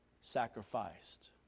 sacrificed